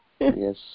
Yes